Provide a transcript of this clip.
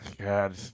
God